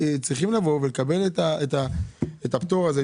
צריכים לבוא ולקבל את הפטור הזה.